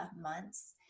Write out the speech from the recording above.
months